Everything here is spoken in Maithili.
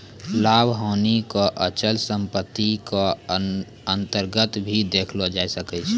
लाभ हानि क अचल सम्पत्ति क अन्तर्गत भी देखलो जाय सकै छै